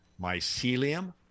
mycelium